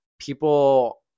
people